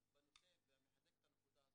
במצבים מסוימים לא יהיה להם טווח ראייה,